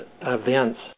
events